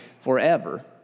forever